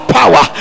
power